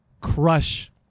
crush